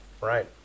right